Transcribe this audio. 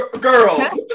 Girl